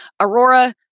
Aurora